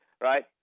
right